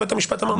ובית המשפט אמר,